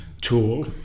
tool